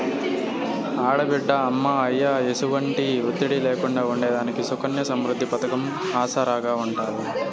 ఆడబిడ్డ అమ్మా, అయ్య ఎసుమంటి ఒత్తిడి లేకుండా ఉండేదానికి సుకన్య సమృద్ది పతకం ఆసరాగా ఉంటాది